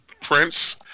Prince